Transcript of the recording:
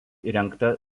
įrengta